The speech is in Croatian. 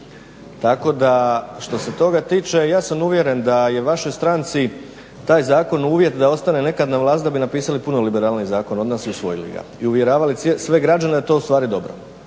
Tako da što se toga tiče ja sam uvjeren da je vašoj stranci taj zakon uvjet da ostane nekada na vlasti da bi napisali puno liberalniji zakon od nas i usvojili ga i uvjeravali sve građane da je to ustvari dobro